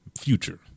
future